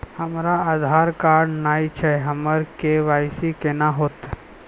हमरा आधार कार्ड नई छै हमर के.वाई.सी कोना हैत?